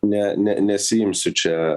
ne ne nesiimsiu čia